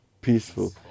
peaceful